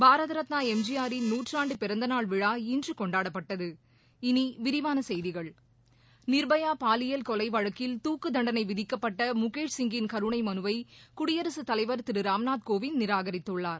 பாரத Ratna M G ஆரின் நூற்றாண்டு பிறந்த நாள் விழா இன்று கொண்டாடப்பட்டது இனி விரிவான செய்திகள் நிர்பயா பாலியல் கொலை வழக்கில் துக்குத் தண்டனை விதிக்கப்பட்ட முகேஷ் சிங்கின் கருணை மனுவை குடியரசுத் தலைவர் திரு ராம்நாத் கோவிந்த் நிராகரித்துள்ளார்